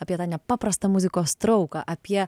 apie tą nepaprastą muzikos trauką apie